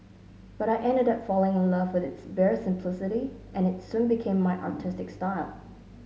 but I ended up falling in love with its bare simplicity and it soon became my artistic style